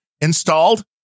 installed